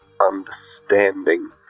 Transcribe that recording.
understanding